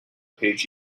page